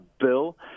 bill